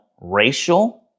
racial